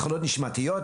מחלות נשימתיות,